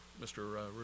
Mr